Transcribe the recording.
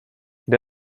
kde